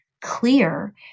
clear